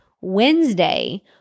Wednesday